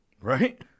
Right